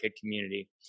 community